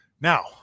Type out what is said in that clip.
now